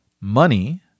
money